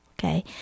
okay